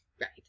Right